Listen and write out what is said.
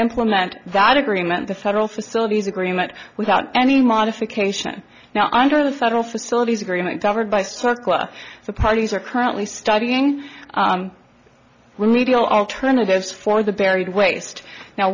implement that agreement the federal facilities agreement without any modification now under the federal facilities agreement covered by stockleigh the parties are currently studying when we deal alternatives for the buried waste now